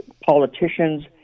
politicians